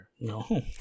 No